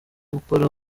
gukora